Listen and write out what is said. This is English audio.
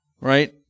right